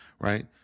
right